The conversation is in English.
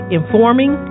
informing